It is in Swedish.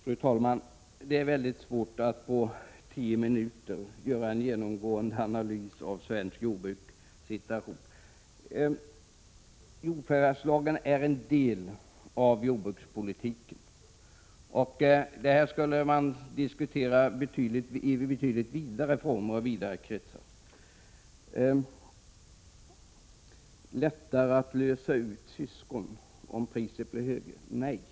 Fru talman! Det är väldigt svårt att på tio minuter göra en genomgående analys av det svenska jordbrukets situation. Jordförvärvslagen är en del av jordbrukspolitiken, och det här borde man diskutera i betydligt vidare former och vidare kretsar. Det skulle inte vara lättare att lösa ut syskon, om priset blev högre, menade Karl Erik Olsson.